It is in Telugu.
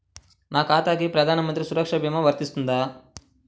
నా ఖాతాకి ప్రధాన మంత్రి సురక్ష భీమా వర్తిస్తుందా?